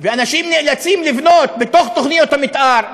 ואנשים נאלצים לבנות בתוך תוכניות המתאר,